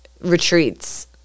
retreats